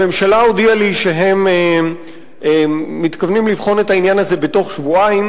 הממשלה הודיעה לי שהיא מתכוונת לבחון את העניין הזה בתוך שבועיים,